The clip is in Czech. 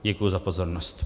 Děkuji za pozornost.